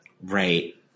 Right